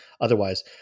Otherwise